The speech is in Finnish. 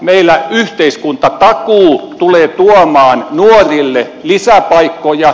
meillä yhteiskuntatakuu tulee tuomaan nuorille lisäpaikkoja